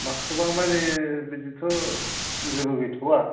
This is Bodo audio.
माखोबा माने बिदिथ' जेबो गैथ'वा